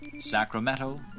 Sacramento